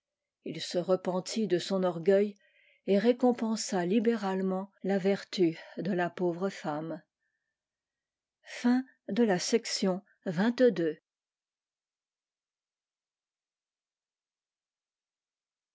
il se repentit de son orgueil et récompensa libéralement la vertu de la pauvre femme